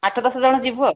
ଆଠ ଦଶ ଜଣ ଯିବୁ ଆଉ